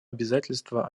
обязательство